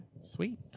Sweet